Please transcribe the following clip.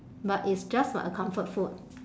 but it's just like a comfort food